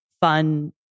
fun